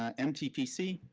ah mtpc.